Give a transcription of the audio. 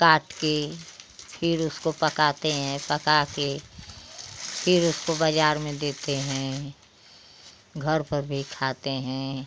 काट कर फिर उसको पकाते हैं पका कर फिर उसको बाज़ार में देते हैं घर पर भी खाते हैं